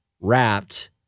wrapped